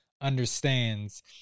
understands